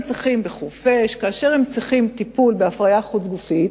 בחורפיש, כאשר הם צריכים טיפול הפריה חוץ-גופית,